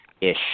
ish